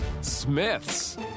Smith's